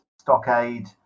stockade